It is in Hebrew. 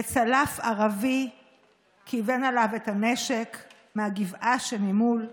וצלף ערבי כיוון אליו את הנשק מהגבעה שממול.